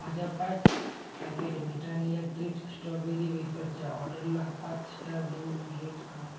माझ्या पाच packet Britannia treat strawberry वेफरच्या ऑर्डरला पाच स्टार देऊन रेट करा